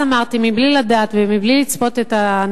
כבר אז אמרתי, מבלי לדעת ומבלי לצפות את הנולד,